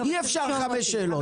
אי אפשר חמש שאלות.